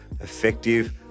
effective